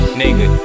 nigga